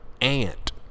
ant